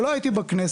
שלא הייתי בכנסת,